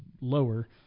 lower